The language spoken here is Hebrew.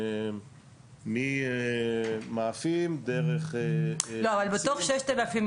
ממאפים דרך פסטות,